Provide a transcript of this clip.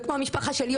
וכמו המשפחה שלי,